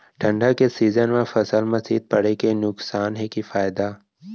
ठंडा के सीजन मा फसल मा शीत पड़े के नुकसान हे कि फायदा?